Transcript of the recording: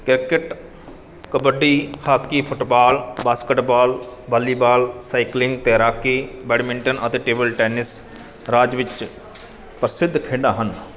cricket kabaddi hockey football basketball volleyball cycling ਤੈਰਾਕੀ badminton ਅਤੇ table tennis ਰਾਜ ਵਿੱਚ ਪ੍ਰਸਿੱਧ ਖੇਡਾਂ ਹਨ